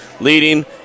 leading